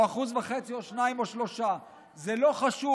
או 1.5% או 2% או 3%. זה לא חשוב.